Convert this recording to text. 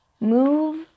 move